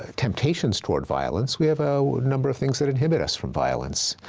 ah temptations toward violence, we have a number of things that inhibit us from violence.